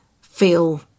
feel